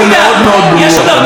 לא לצייץ את מה שצייצת.